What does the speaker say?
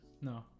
no